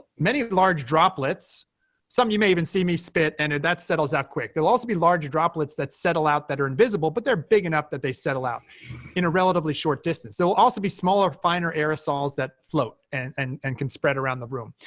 many large droplets some, you may even see me spit, and that settles that quick. there'll also be large droplets that settle out that are invisible, but they're big enough that they settle out in a relatively short distance. there will also be smaller, finer aerosols that float and and can spread around the room.